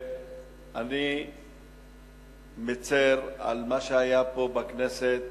שאני מצר על מה שהיה פה בכנסת,